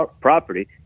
property